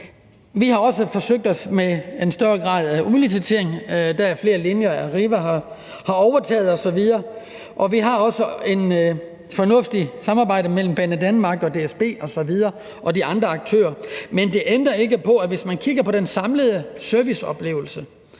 Vi har også forsøgt os med en større grad af udlicitering. Der er flere linjer, Arriva har overtaget, osv. Og vi har også et fornuftigt samarbejde mellem Banedanmark og DSB og de andre aktører osv., men det ændrer ikke på, at hvis man kigger på den samlede serviceoplevelse